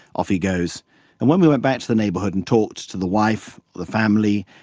off he goes. and when we went back to the neighborhood and talked to the wife, the family,